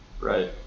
Right